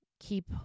keep